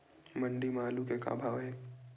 मंडी म आलू के का भाव हे?